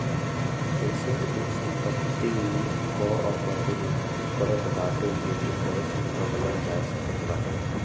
asset उ संपत्ति कअ प्रतिनिधित्व करत बाटे जेके कैश में बदलल जा सकत बाटे